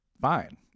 fine